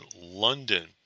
London